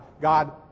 God